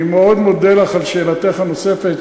אני מאוד מודה לך על שאלתך הנוספת,